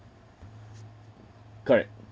correct